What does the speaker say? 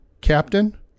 Captain